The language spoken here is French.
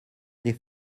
des